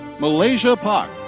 malaysia pok.